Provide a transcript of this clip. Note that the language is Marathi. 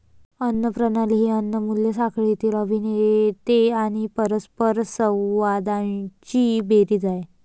अन्न प्रणाली ही अन्न मूल्य साखळीतील अभिनेते आणि परस्परसंवादांची बेरीज आहे